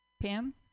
Pam